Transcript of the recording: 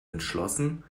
entschlossen